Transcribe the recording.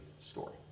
story